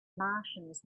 martians